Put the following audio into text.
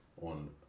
on